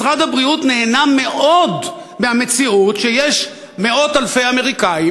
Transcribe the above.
משרד הבריאות נהנה מאוד מהמציאות שיש מאות אלפי אמריקנים